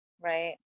right